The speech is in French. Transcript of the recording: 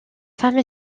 femme